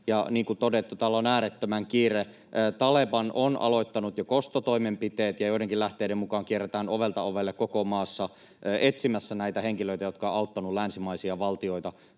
niin kuin on todettu, tällä on ääretön kiire. Taleban on aloittanut jo kostotoimenpiteet, ja joidenkin lähteiden mukaan kierretään ovelta ovelle koko maassa etsimässä näitä henkilöitä, jotka ovat auttaneet länsimaisia valtioita,